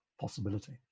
possibility